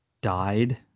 died